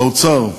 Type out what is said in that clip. האוצר,